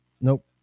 Nope